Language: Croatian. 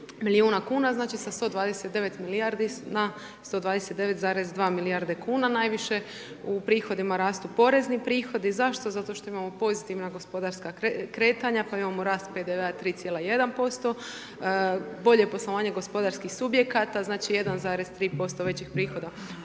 milijuna kuna znači sa 129 milijardi na 129,2 milijarde kuna, najviše u prihodima rastu porezni prihodi, zašto, zato što imamo pozitivna gospodarska kretanja pa imamo rast PDV-a 3,1%, bolje poslovanje gospodarskih subjekata, znači 1,3% većih prihoda